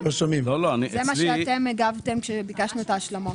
זה מה שאתם הגבתם כאשר ביקשנו את ההשלמות.